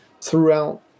throughout